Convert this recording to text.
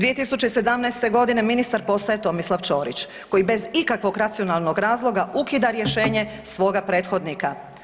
2017.g. ministar postaje Tomislav Ćorić koji bez ikakvog racionalnog razloga ukida rješenje svoga prethodnika.